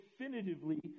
definitively